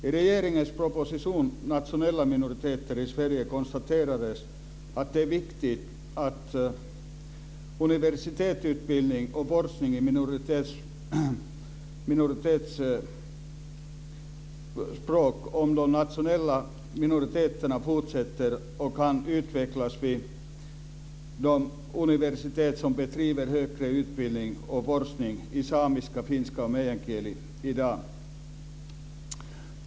I regeringens proposition Nationella minoriteter i Sverige konstaterades att det är viktigt att universitetsutbildning och forskning om minoritetsspråk och de nationella minoriteterna kan fortsätta och utvecklas vid de universitet som bedriver högre utbildning och forskning om samiska, finska och meänkieli i dag.